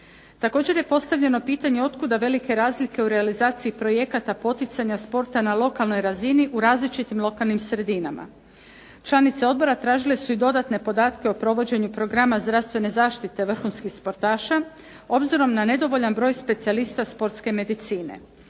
Također je postavljeno pitanje otkuda velike razlike u realizaciji projekata poticanja sporta na lokalnoj razini u različitim lokalnim sredinama. Članice odbora tražile su i dodatne podatke o provođenju programa zdravstvene zaštite vrhunskih sportaša, obzirom na nedovoljan broj specijalista sportske medicine.